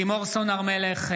לימור סון הר מלך,